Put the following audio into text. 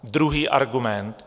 Druhý argument.